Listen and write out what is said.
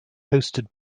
hosted